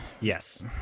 Yes